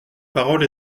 parole